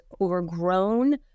overgrown